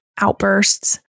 outbursts